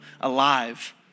alive